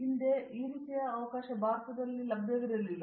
ಹಿಂದೆ ಈ ರೀತಿಯ ಅವಕಾಶ ಭಾರತಕ್ಕೆ ಲಭ್ಯವಿರಲಿಲ್ಲ